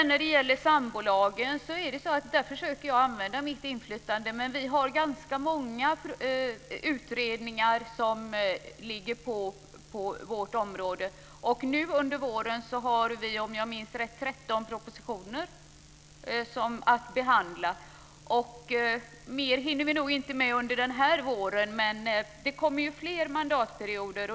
När gäller sambolagen försöker jag att använda mitt inflytande. Men vi har ganska många utredningar på vårt område. Nu under våren har vi, om jag minns rätt, 13 propositioner att behandla. Mer hinner vi nog inte med under den här våren. Men det kommer fler mandatperioder.